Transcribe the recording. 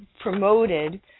promoted